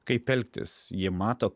kaip elgtis ji mato